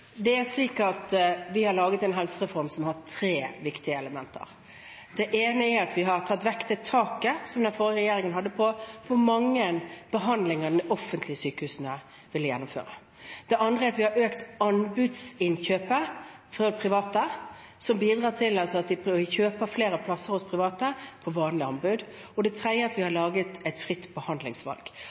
Det er slik at vi har laget en helsereform som har tre viktige elementer. Det ene er at vi har tatt vekk det taket som den forrige regjeringen hadde på hvor mange behandlinger de offentlige sykehusene ville gjennomføre. Det andre er at vi har økt anbudsinnkjøpet for private, som bidrar til at vi kjøper flere plasser hos private på vanlig anbud. Og det tredje er at vi har laget et fritt behandlingsvalg.